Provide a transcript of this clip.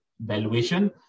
valuation